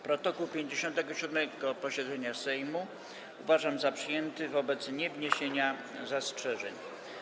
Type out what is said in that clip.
Protokół 57. posiedzenia Sejmu uważam za przyjęty wobec niewniesienia zastrzeżeń.